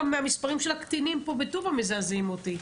גם מהמספרים של הקטינים פה בטובא מזעזעים אותי.